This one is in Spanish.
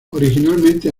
originalmente